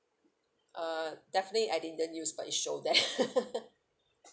uh definitely I didn't use but it show that